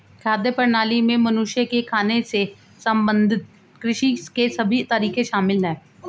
खाद्य प्रणाली में मनुष्य के खाने से संबंधित कृषि के सभी तरीके शामिल है